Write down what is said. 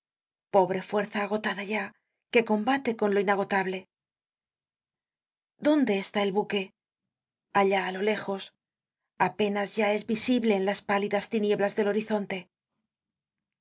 pobre fuerza agotada ya que combate con lo inagotable dónde está el buque allá á lo lejos apenas es ya visible en las pálidas tinieblas del horizonte